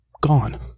Gone